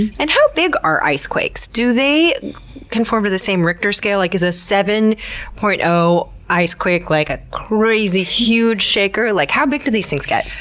and how big are ice quakes? do they conform to the same richter scale? like is a seven point zero ice quake, like, a crazy huge shaker? like how big do these things get?